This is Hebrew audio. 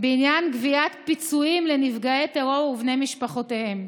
בעניין גביית פיצויים לנפגעי טרור ובני משפחותיהם.